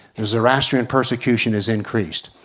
the zoroastrian persecution has increased.